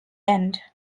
end